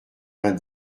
vingt